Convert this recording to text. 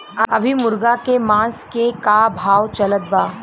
अभी मुर्गा के मांस के का भाव चलत बा?